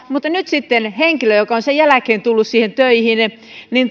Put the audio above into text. mutta nyt sitten henkilö joka on sen jälkeen tullut siihen töihin